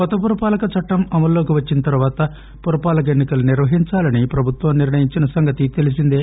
కొత్త పురపాలక చట్లం అమలులోకి వచ్చిన తర్వాత పురపాలక ఎన్నికలు నిర్వహించాలని ప్రభుత్వం నిర్ణయించిన సంగతి తెలీసిందే